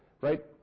Right